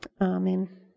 amen